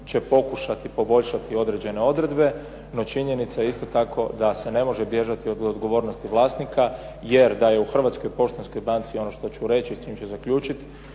će pokušati poboljšati odredbe. No činjenica je isto tako da se ne može bježati od odgovornosti vlasnika, jer da je u Hrvatskoj poštanskoj banci ono što ću reći i s čim ću zaključiti